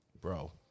Bro